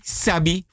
sabi